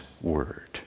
word